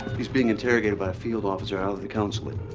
he's being interrogated by a field officer out of the consulate.